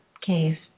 case